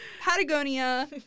Patagonia